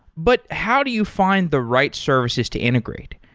but how do you find the right services to integrate?